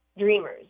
dreamers